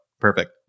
perfect